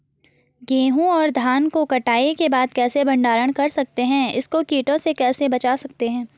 गेहूँ और धान को कटाई के बाद कैसे भंडारण कर सकते हैं इसको कीटों से कैसे बचा सकते हैं?